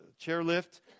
chairlift